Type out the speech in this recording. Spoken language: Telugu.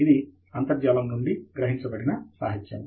ఇది అంతర్జాలము నుండి గ్రహించబడిన సాహిత్యము